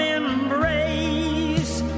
embrace